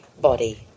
body